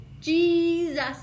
Jesus